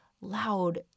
loud